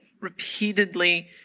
repeatedly